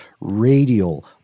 radial